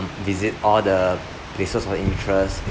visit all the places of interest